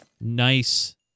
nice